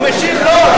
הוא משיב לו,